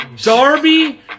Darby